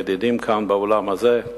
הידידים כאן באולם הזה,